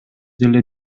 деле